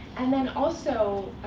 and then also,